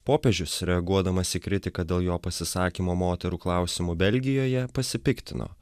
popiežius reaguodamas į kritiką dėl jo pasisakymo moterų klausimu belgijoje pasipiktino